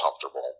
comfortable